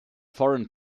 foreign